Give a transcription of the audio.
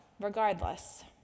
regardless